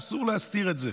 אסור להסתיר את זה,